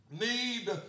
need